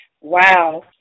Wow